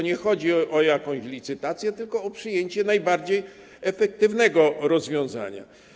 Nie chodzi o jakąś licytację, tylko o przyjęcie najbardziej efektywnego rozwiązania.